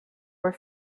were